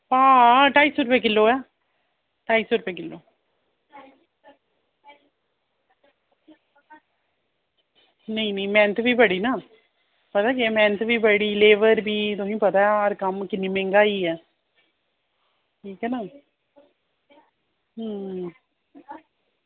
आं ढाई सौ रपेआ किलो ऐ ढाई सौ रपेआ किलो नेईं नेईं मैह्नत बी बड़ी ना पता केह् मैह्नत बी बड़ी लेबर बी तुसेंगी पता गै हर कम्म किन्नी मैहंगाई ऐ ठीक ऐ ना अं